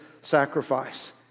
sacrifice